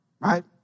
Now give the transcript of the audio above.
Right